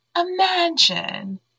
Imagine